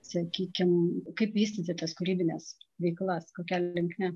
sakykim kaip vystyti tas kūrybines veiklas kokia linkme